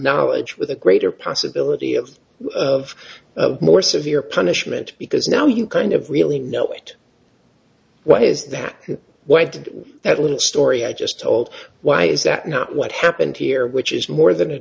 knowledge with a greater possibility of of more severe punishment because now you kind of really know it why is that why did that little story i just told why is that not what happened here which is more than a